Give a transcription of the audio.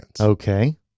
Okay